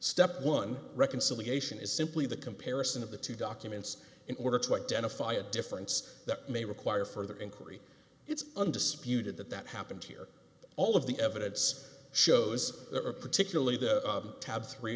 step one reconciliation is simply the comparison of the two documents in order to identify a difference that may require further inquiry it's undisputed that that happened here all of the evidence shows a particularly the tab three